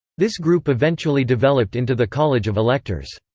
this group eventually developed into the college of electors.